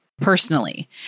personally